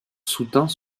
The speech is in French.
soutint